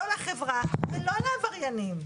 לא לחברה ולא לעבריינים.